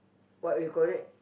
what we call it